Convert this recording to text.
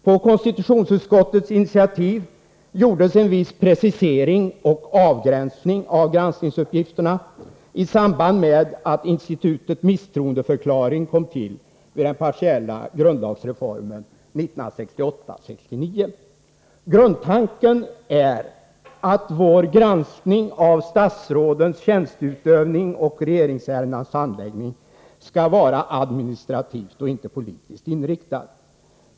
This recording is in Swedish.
På konstitutionsutskottets initiativ gjordes en viss precisering och avgränsning av granskningsuppgifterna i samband med att institutets misstroendeförklaring tillkom vid den partiella grundlagsreformen 1968-1969. Grundtanken är att vår granskning av statsrådens tjänsteutövning och regeringsärendenas handläggning skall vara administrativt och inte politiskt inriktad.